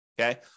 Okay